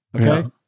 Okay